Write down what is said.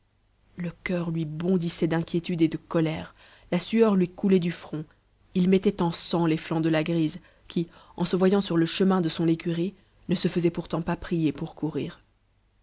le cur lui bondissait d'inquiétude et de colère la sueur lui coulait du front il mettait en sang les flancs de la grise qui en se voyant sur le chemin de son écurie ne se faisait pourtant pas prier pour courir